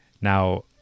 now